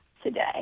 today